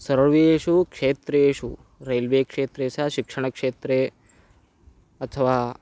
सर्वेषु क्षेत्रेषु रैल्वे क्षेत्रे स्यात् शिक्षणक्षेत्रे अथवा